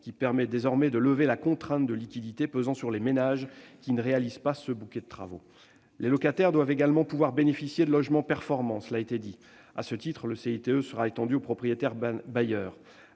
qui permet de lever la contrainte de liquidité pesant sur les ménages qui ne réalisent pas de bouquet de travaux. Les locataires doivent également pouvoir bénéficier de logements performants. À ce titre, le CITE sera étendu aux propriétaires bailleurs.